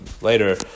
later